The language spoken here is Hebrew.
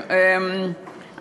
ברוך השם,